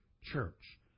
church